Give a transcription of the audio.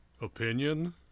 opinion